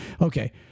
Okay